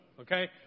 okay